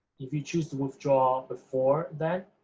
if you choose to withdraw before then,